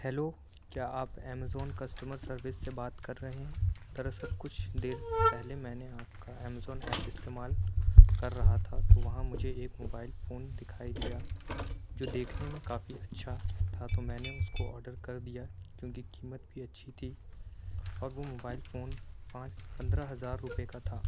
hello کیا آپ Amazon customer service سے بات کر رہے ہیں در اصل کچھ دیر پہلے میں نے آپ کا ایمیزون ایپ استعمال کر رہا تھا تو وہاں مجھے ایک موبائل فون دکھائی دیا جو دیکھنے میں کافی اچھا تھا تو میں نے اس کو اوڈر کر دیا کیوں کہ قیمت بھی اچھی تھی اور وہ موبائل فون پانچ پندرہ ہزار روپے کا تھا